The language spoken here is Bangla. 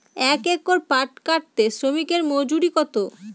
এক একর পাট কাটতে শ্রমিকের মজুরি কত?